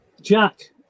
Jack